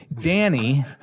Danny